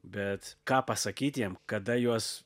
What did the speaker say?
bet ką pasakyt jiem kada juos